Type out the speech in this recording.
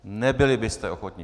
Nebyli byste ochotni.